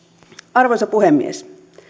arvoisa puhemies